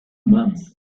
months